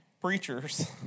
preachers